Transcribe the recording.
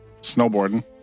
snowboarding